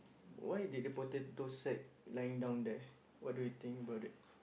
why did the potato sack lying down there what do you think about it